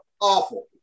Awful